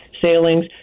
sailings